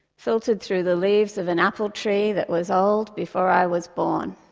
filtered through the leaves of an apple tree that was old before i was born.